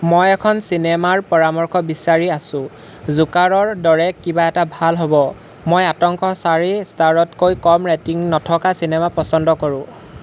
মই এখন চিনেমাৰ পৰামৰ্শ বিচাৰি আছোঁ জোকাৰৰ দৰে কিবা এটা ভাল হ'ব মই আতংক চাৰি ষ্টাৰতকৈ কম ৰেটিং নথকা চিনেমা পছন্দ কৰোঁ